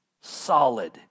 solid